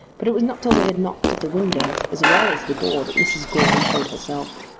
but it was not till they had knocked at the window as well as the door that mrs. goarly showed herself.